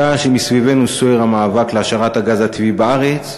בשעה שמסביבנו סוער המאבק להשארת הגז הטבעי בארץ,